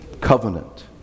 covenant